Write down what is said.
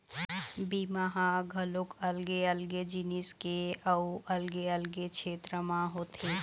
बीमा ह घलोक अलगे अलगे जिनिस के अउ अलगे अलगे छेत्र म होथे